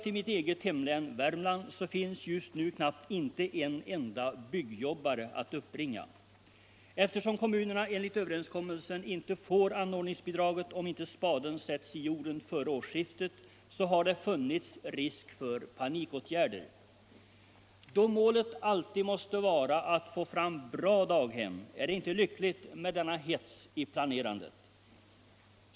I mitt eget hemlän, Värmland, SI dragen för daghemsbyggande finns just nu knappt en enda byggjobbare att uppbringa. Eftersom kommunerna enligt överenskommelse inte får anordningsbidraget om inte spaden sätts i jorden före årsskiftet, har der funnits risk för panikåtgärder. Då målet alltid måste vara att få fram bra daghem är det inte lyckligt med denna hets i planerandet.